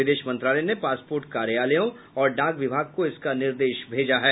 विदेश मंत्रालय ने पासपोर्ट कार्यालयों और डाक विभाग को इसका निर्देश भेजा है